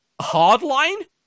Hardline